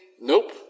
nope